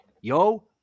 Yo